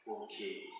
okay